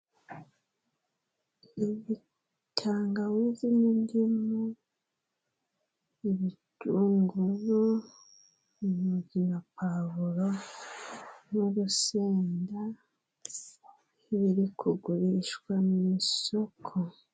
Tangawizi ,n'indimu, ibitunguru, intoryi na pavuro n'urusenda biri kugurishwa mu isoko.